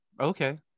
okay